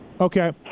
Okay